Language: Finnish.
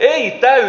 ei täydy